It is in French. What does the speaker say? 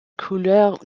couleur